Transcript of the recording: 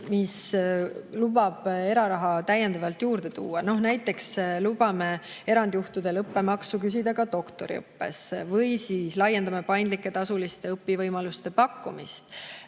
mis lubavad eraraha täiendavalt juurde tuua. Näiteks me lubame erandjuhtudel õppemaksu küsida ka doktoriõppes ja laiendame paindlike tasuliste õpivõimaluste pakkumist.